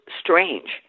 strange